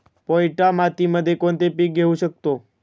पोयटा मातीमध्ये कोणते पीक घेऊ शकतो?